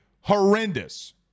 horrendous